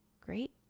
great